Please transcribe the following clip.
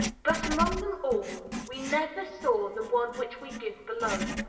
but among them all, we never saw the one which we give below.